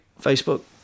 Facebook